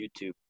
YouTube